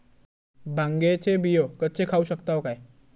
भांगे चे बियो कच्चे खाऊ शकताव काय?